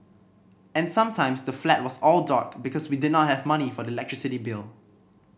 and sometimes the flat was all dark because we did not have money for the electricity bill